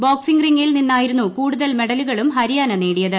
boxing റിംഗിൽ നിന്നായിരുന്നു കൂടുതൽ മെഡലുകളും ഹരിയാന നേടിയത്